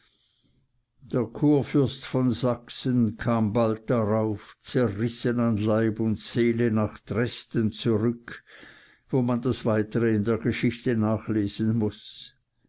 der kurfürst von sachsen kam bald darauf zerrissen an leib und seele nach dresden zurück wo man das weitere in der geschichte nachlesen muß